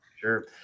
Sure